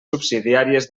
subsidiàries